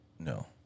No